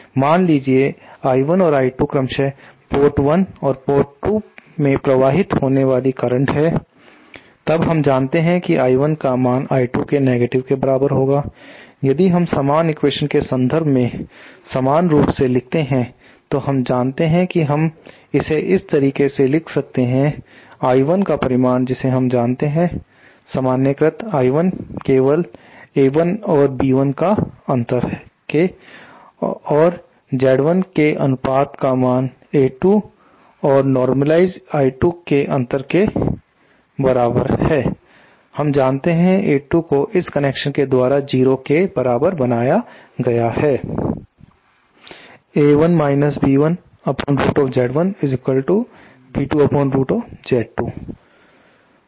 मान लीजिए कि I1 और I2 क्रमश पोर्ट 1 और 2 में प्रवाहित होने वाली करंट हैं तब हम जानते हैं कि I1का मान I2 के नेगेटिव के बराबर है यदि हम समान एक्वेशन्स के संदर्भ में समान रूप से लिखते हैं तो हम जानते हैं कि हम इसे इस तरह से लिख सकते हैं I1 का परिमाण जिसे हम जानते हैं सामान्यकृत I1 केवल A1 और B1 का अंतर के और Z1 के अनुपात का मान A2 और नोर्मलिज़ेड I2 के अंतर के बराबर है हमें जानते हैं कि A2 को इस कनेक्शन के द्वारा 0 के बराबर बनाया गया है